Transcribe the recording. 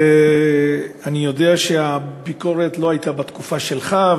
אני יודע שהביקורת לא הייתה בתקופה שלך,